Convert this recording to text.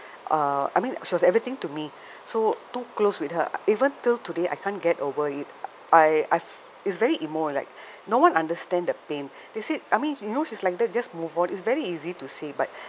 uh I mean she was everything to me so too close with her even till today I can't get over it I I it's very emo like no one understand the pain they said I mean you know she's like that just move on it's very easy to say but